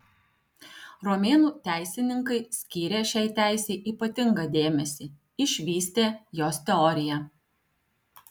romėnų teisininkai skyrė šiai teisei ypatingą dėmesį išvystė jos teoriją